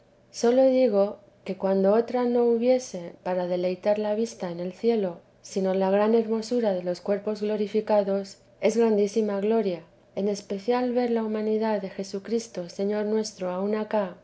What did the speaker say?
sólo digo que cuando otra no hubiese para deleitar la vista en el cielo sino la gran hermosura de los cuerpos glorificados es grandísima gloria en especial ver la humanidad de jesucristo señor nuestro aun acá